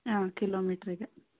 ಹಾಂ ಕಿಲೋಮೀಟರಿಗೆ